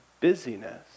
busyness